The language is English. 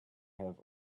have